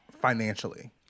financially